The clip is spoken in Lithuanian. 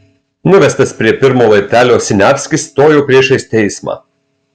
nuvestas prie pirmo laiptelio siniavskis stojo priešais teismą